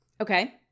Okay